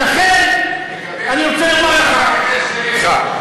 לגבי הטיפשות הוא התייחס אליך.